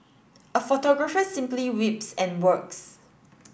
a photographer simply weeps and works